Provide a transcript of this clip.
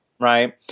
right